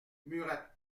murat